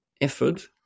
effort